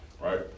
Right